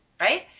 right